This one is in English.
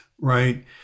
right